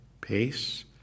peace